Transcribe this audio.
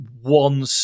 one